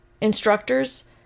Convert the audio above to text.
instructors